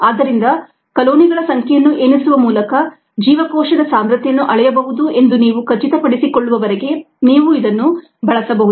ಆದ್ದರಿಂದ ಕಾಲೊನಿಗಳ ಸಂಖ್ಯೆಯನ್ನು ಎಣಿಸುವ ಮೂಲಕ ಜೀವಕೋಶದ ಸಾಂದ್ರತೆಯನ್ನು ಅಳೆಯಬಹುದು ಎಂದು ನೀವು ಖಚಿತಪಡಿಸಿಕೊಳ್ಳುವವರೆಗೆ ನೀವು ಇದನ್ನು ಬಳಸಬಹುದು